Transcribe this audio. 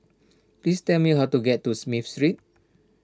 please tell me how to get to Smith Street